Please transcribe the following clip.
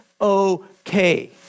okay